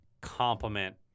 Compliment